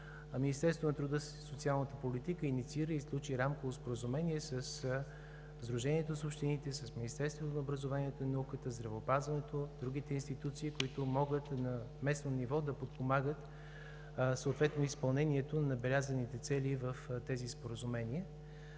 Министерството на труда и социалната политика инициира и сключи Рамково споразумение със Сдружението на общините, с Министерството на образованието и науката, здравеопазването и другите институции, които могат на местно ниво да подпомагат изпълнението на набелязаните цели в тези споразумения.